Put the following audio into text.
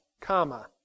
comma